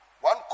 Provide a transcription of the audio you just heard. one